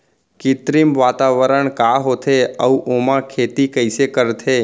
कृत्रिम वातावरण का होथे, अऊ ओमा खेती कइसे करथे?